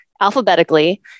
alphabetically